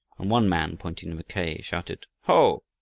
and one man, pointing to mackay, shouted ho!